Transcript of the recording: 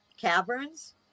Caverns